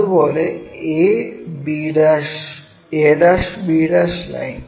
അതുപോലെ a'b line